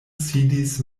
sidis